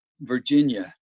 Virginia